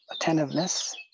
attentiveness